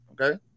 okay